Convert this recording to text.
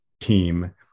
team